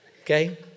Okay